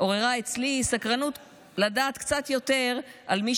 עוררה אצלי סקרנות לדעת קצת יותר על מי